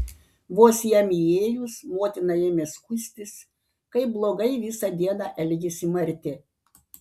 vos jam įėjus motina ėmė skųstis kaip blogai visą dieną elgėsi marti